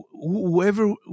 whoever